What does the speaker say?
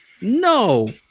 No